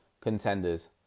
contenders